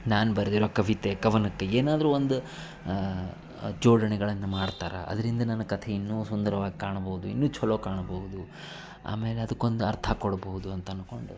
ನಾನು ಬರೆದಿರೋ ಕವಿತೆ ಕವನಕ್ಕೆ ಏನಾದರೂ ಒಂದು ಜೋಡಣೆಗಳನ್ನು ಮಾಡ್ತಾರೆ ಅದರಿಂದ ನನ್ನ ಕತೆ ಇನ್ನೂ ಸುಂದರವಾಗಿ ಕಾಣ್ಬೌದು ಇನ್ನೂ ಛಲೋ ಕಾಣ್ಬೌದು ಆಮೇಲೆ ಅದಕ್ಕೊಂದು ಅರ್ಥ ಕೊಡ್ಬೋದು ಅಂತ ಅಂದ್ಕೊಂಡು